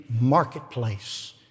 marketplace